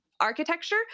architecture